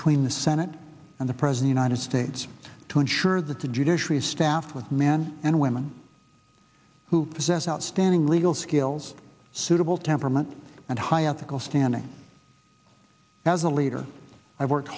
en the senate and the present united states to ensure that the judiciary is staffed with men and women who possess outstanding legal skills suitable temperament and high ethical standing as a leader i work